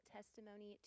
Testimony